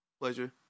pleasure